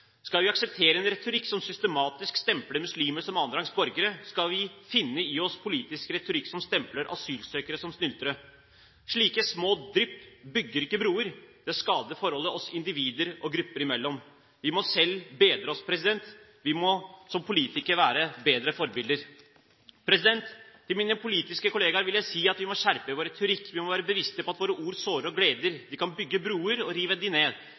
Skal vi akseptere en retorikk som systematisk stempler muslimer som annenrangs borgere? Skal vi finne oss i politisk retorikk som stempler asylsøkere som snyltere? Slike små drypp bygger ikke broer. Det skader forholdet oss individer og grupper imellom. Vi må selv bedre oss. Vi må som politikere være bedre forbilder. Til mine politiske kolleger vil jeg si at vi må skjerpe vår retorikk. Vi må være bevisste på at våre ord sårer og gleder. Vi kan bygge broer og rive dem ned.